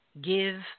give